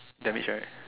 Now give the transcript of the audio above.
damage right